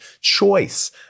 choice